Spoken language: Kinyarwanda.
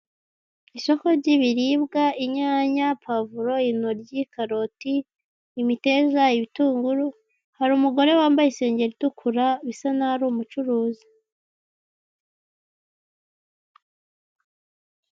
Isoko ry'ibiribwa inyanya, pavuro, inoryi, karoti, imiteja, ibitunguru hari umugore wambaye isengeri itukura bisa nkaho arumucuruzi.